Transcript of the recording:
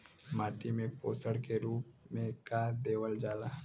माटी में पोषण के रूप में का देवल जाला?